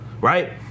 right